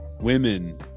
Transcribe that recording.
women